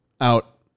out